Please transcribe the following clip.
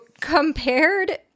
compared